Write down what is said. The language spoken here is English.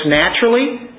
naturally